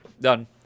done